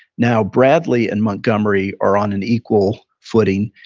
now bradley and montgomery are on an equal footing.